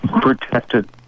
protected